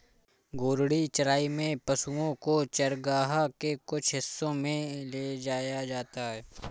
घूर्णी चराई में पशुओ को चरगाह के कुछ हिस्सों में ले जाया जाता है